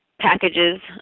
packages